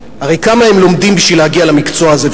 הרי כמה הם לומדים בשביל להגיע למקצוע הזה?